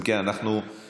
אם כן, אנחנו ניתן